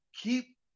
keep